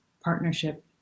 partnership